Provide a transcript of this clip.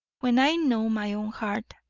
when i know my own heart,